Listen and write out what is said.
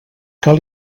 cal